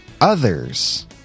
others